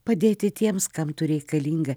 padėti tiems kam tu reikalinga